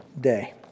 day